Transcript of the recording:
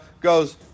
goes